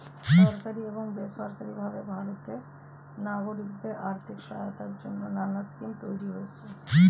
সরকারি এবং বেসরকারি ভাবে ভারতের নাগরিকদের আর্থিক সহায়তার জন্যে নানা স্কিম তৈরি হয়েছে